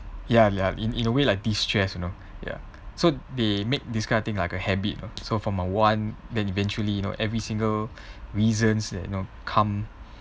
ya ya in in a way like de-stress you know ya so they make this kind of thing like a habit so from a want then eventually you know every single reasons that you know come